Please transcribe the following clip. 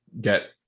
get